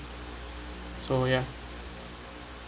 so ya